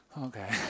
okay